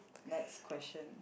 next question